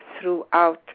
throughout